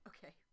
Okay